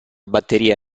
batteria